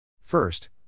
First